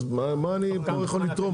אז מה אני פה יכול לתרום?